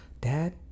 Dad